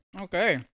Okay